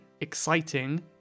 exciting